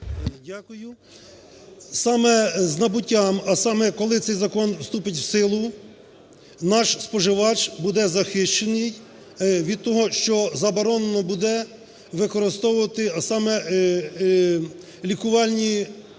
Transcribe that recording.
Дякую. Саме з набуттям, а саме коли цей закон вступить в силу, наш споживач буде захищений від того, що заборонено буде використовувати, а саме лікувальні,